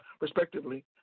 respectively